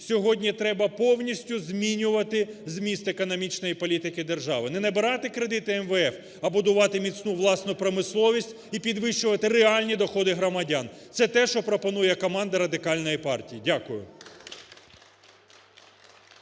Сьогодні треба повністю змінювати зміст економічної політики держави. Не набирати кредити МВФ, а будувати міцну власну промисловість і підвищувати реальні доходи громадян. Це те, що пропонує команда Радикальної партії. Дякую.